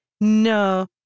No